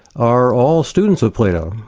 are all students of plato,